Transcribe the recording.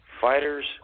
fighters